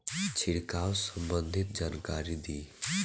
छिड़काव संबंधित जानकारी दी?